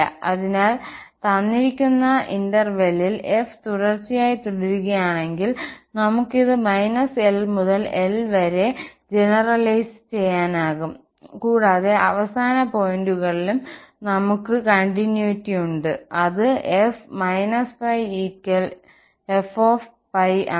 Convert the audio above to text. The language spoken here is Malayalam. അതിനാൽ തന്നിരിക്കുന്ന ഇടവേളയിൽ f തുടർച്ചയായി തുടരുകയാണെങ്കിൽ നമുക്ക് ഇത് −L മുതൽ L വരെ സാമാന്യവൽക്കരിക്കാനാകും കൂടാതെ അവസാന പോയിന്റുകളിലും നമുക്ക് തുടർച്ചയുണ്ട് അത് f −π f π ആണ്